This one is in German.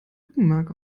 rückenmark